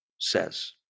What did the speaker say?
says